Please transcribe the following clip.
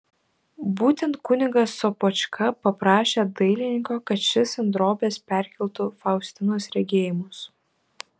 būtent kunigas sopočka paprašė dailininko kad šis ant drobės perkeltų faustinos regėjimus